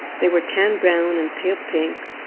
they were tan brown and pale pink,